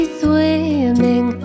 swimming